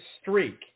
streak